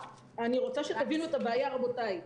אני רוצה שתבינו את הבעיה, רבותיי.